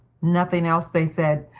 nothing else, they said,